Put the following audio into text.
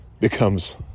becomes